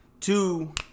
two